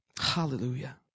Hallelujah